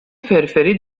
فرفری